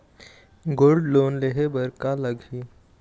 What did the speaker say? Gold loan लेहे बर का लगही?